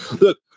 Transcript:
Look